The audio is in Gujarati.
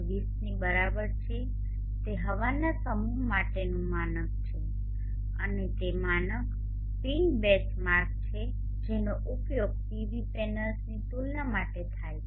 20 ની બરાબર છે તે હવાના સમૂહ માટેનું માનક છે અને તે માનક પિન બેંચમાર્ક છે જેનો ઉપયોગ પીવી પેનલ્સની તુલના માટે થાય છે